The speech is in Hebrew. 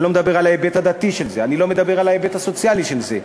אני לא מדבר על ההיבט הדתי של זה ואני לא מדבר על ההיבט הסוציאלי של זה,